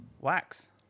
Wax